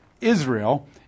Israel